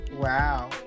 Wow